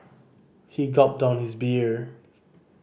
he gulped down his beer